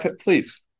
please